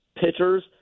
pitchers